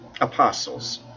apostles